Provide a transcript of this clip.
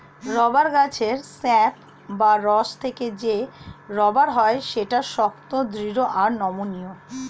rubber গাছের sap বা রস থেকে যে রাবার হয় সেটা শক্ত, দৃঢ় আর নমনীয়